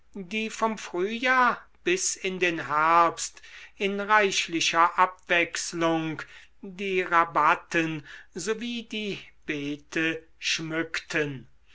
die vom frühjahr bis in den herbst in reichlicher abwechslung die rabatten so wie die beete schmückten